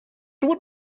would